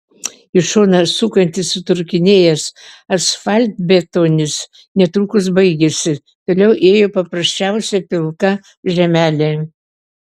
į šoną sukantis sutrūkinėjęs asfaltbetonis netrukus baigėsi toliau ėjo paprasčiausia pilka žemelė